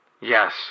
Yes